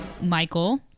Michael